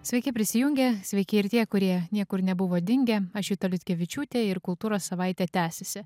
sveiki prisijungę sveiki ir tie kurie niekur nebuvo dingę aš juta liutkevičiūtė ir kultūros savaitė tęsiasi